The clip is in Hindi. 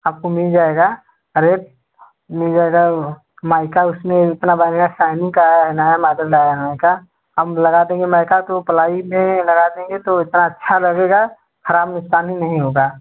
आपको मिल जाएगा रेट मिल जाएगा माइका उसमें इतना बढ़िया साईनिंग का आया है नया माडल लाया हूँ उनका अब लगा देंगे माइका तो पलाई में लगा देंगे तो इतना अच्छा लगेगा ख़राब नुकसान ही नहीं होगा